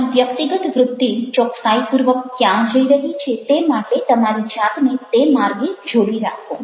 તમારી વ્યક્તિગત વૃદ્ધિ ચોકસાઈપૂર્વક ક્યાં જઈ રહી છે તે માટે તમારી જાતને તે માર્ગે જોડી રાખો